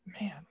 Man